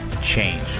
change